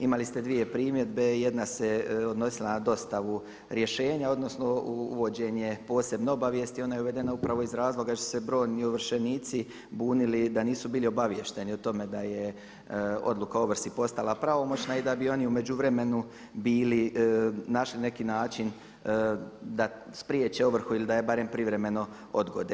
Imali ste dvije primjedbe, jedna se odnosila na dostavu rješenja, odnosno uvođenje posebne obavijesti, ona je uvedena upravo iz razloga jer su se brojni ovršenici bunili da nisu bili obaviješteni o tome da je odluka o ovrsi postala pravomoćna i da bi oni u međuvremenu bili, našli neki način da spriječe ovrhu ili da je barem privremeno odgode.